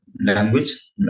language